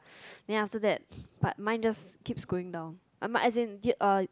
then after that but mine just keeps going down mine as in er